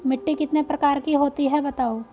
मिट्टी कितने प्रकार की होती हैं बताओ?